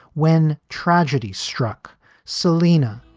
when tragedy struck selena,